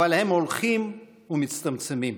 אבל הם הולכים ומצטמצמים,